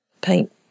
paint